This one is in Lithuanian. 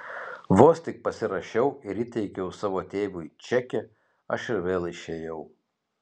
vos tik pasirašiau ir įteikiau savo tėvui čekį aš ir vėl išėjau